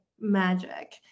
magic